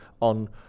on